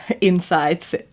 insights